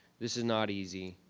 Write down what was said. this is not easy